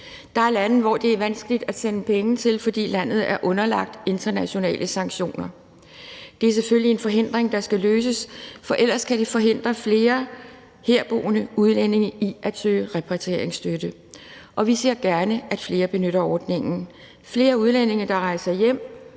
Der er lande, det er vanskeligt at sende penge til, fordi landet er underlagt internationale sanktioner. Det er selvfølgelig et problem, der skal løses, for ellers kan det forhindre flere herboende udlændinge i at søge repatrieringsstøtte. Vi ser gerne, at flere benytter ordningen. Jo flere udlændinge, der rejser hjem,